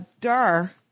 Dar